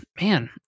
Man